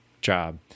job